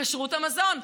כשרות המזון,